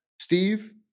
Steve